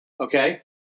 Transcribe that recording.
Okay